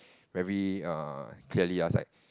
very uh clearly I was like